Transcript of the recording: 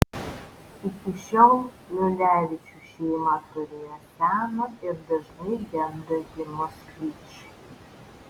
iki šiol liulevičių šeima turėjo seną ir dažnai gendantį moskvič